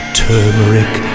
turmeric